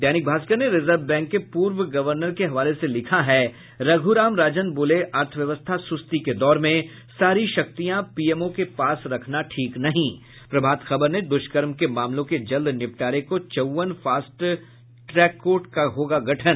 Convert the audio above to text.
दैनिक भास्कर ने reserve bank के पूर्व गर्वनर के हवाले से लिखा है रघु्राम राजन बोले अर्थव्यवस्था सुस्ती के दौर में सारी शक्तियां पीएमओ के पास रखना ठीक नहीं प्रभात खबर ने दुष्कर्म के मामलों के जल्द निबटारे को चौवन फास्ट ट्रैक कोर्ट का होगा गठन